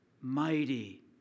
mighty